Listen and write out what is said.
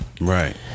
Right